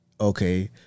Okay